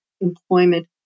employment